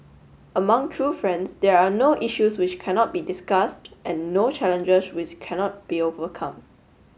among true friends there are no issues which cannot be discussed and no challenges which cannot be overcome